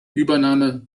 übernahme